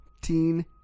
teen